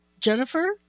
Jennifer